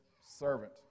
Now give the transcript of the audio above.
servant